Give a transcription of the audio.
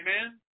Amen